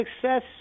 success